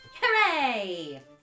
Hooray